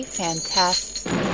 fantastic